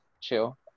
chill